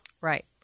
Right